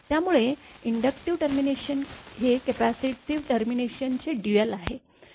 त्यामुळे inductive termination हे capacitive टर्मिनेशनचे ड्यूयल आहे